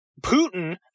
Putin